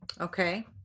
Okay